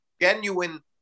genuine